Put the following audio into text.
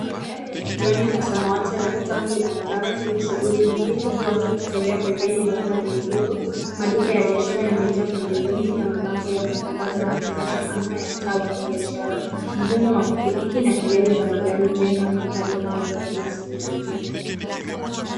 Magari ya kijani na samawati yanapita kwenye barabara yenye shughuli nyingi huku watu wakitembea barabarani huku watu wakiwa na mizigo. Maduka ya biashara yamejaa pembezoni na mabango ya matangazo yanatingisha anga ya mtaa wa kibiashara. Mvumo wa pikipiki na kelele za magari hujenga mandhari ya mwendo wa kila siku jijini.